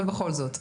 אבל בכל זאת.